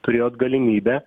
turėjot galimybę